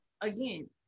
again